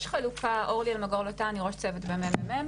אני ראש צוות בממ"מ,